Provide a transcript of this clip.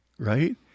Right